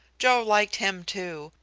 joe liked him too,